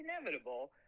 inevitable